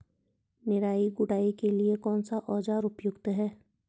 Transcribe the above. निराई गुड़ाई के लिए कौन सा औज़ार उपयुक्त है?